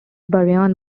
bryan